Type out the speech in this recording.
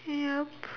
yup